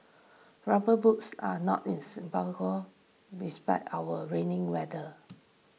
rubber boots are not in respect our rainy weather